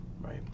right